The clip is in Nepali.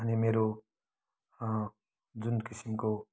अनि मेरो जुन किसिमको